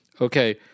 Okay